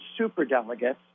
superdelegates